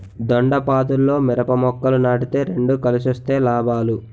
దొండపాదుల్లో మిరప మొక్కలు నాటితే రెండు కలిసొస్తే లాభాలు